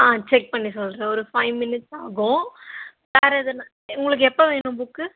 ஆ check பண்ணி சொல்கிறேன் ஒரு ஃபைவ் மினிட்ஸ் ஆகும் வேற எதனால் உங்களுக்கு எப்போ வேணும் புக்கு